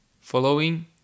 Following